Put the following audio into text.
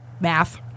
Math